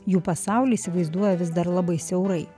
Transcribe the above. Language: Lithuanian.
jų pasaulį įsivaizduoja vis dar labai siaurai